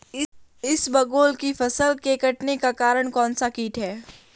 इसबगोल की फसल के कटने का कारण कौनसा कीट है?